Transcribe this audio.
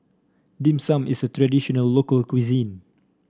Dim Sum is a traditional local cuisine